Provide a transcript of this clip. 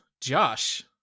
Josh